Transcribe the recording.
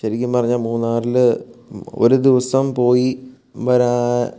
ശരിക്കും പറഞ്ഞാൽ മൂന്നാറിൽ ഒരു ദിവസം പോയി വരിക